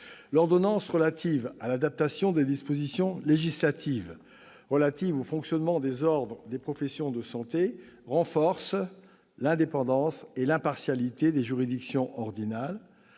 L'ordonnance relative à l'adaptation des dispositions législatives relatives au fonctionnement des ordres des professions de santé renforce l'indépendance et l'impartialité des juridictions ordinales,